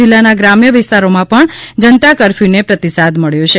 જીલ્લાના ગ્રામ્ય વિસ્તારોમાં પણ જનતા કરર્કથ્યને પ્રતિસાદ મળ્યો છે